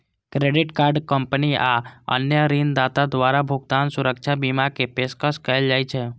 credit card company आ अन्य ऋणदाता द्वारा भुगतान सुरक्षा बीमा के पेशकश कैल जाइ छै